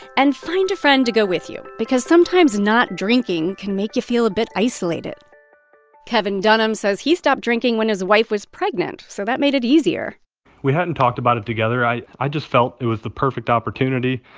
and find a friend to go with you because sometimes not drinking can make you feel a bit isolated kevin dunham says he stopped drinking when his wife was pregnant, so that made it easier we hadn't talked about it together. i i just felt it was the perfect opportunity.